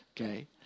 Okay